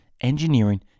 engineering